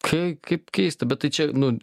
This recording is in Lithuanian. kai kaip keista bet tai čia nu